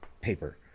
paper